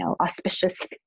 auspicious